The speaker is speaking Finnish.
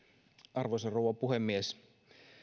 arvoisa rouva puhemies